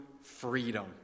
freedom